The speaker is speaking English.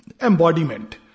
Embodiment